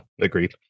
agreed